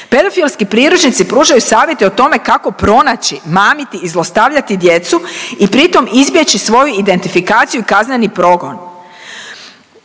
Pedofilski priručnici pružaju savjete o tome kako pronaći, mamiti i zlostavljati djecu i pri tom izbjeći svoju identifikaciju i kazneni progon.